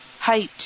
height